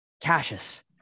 Cassius